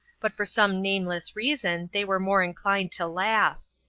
but for some nameless reason they were more inclined to laugh.